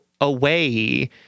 away